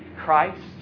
Christ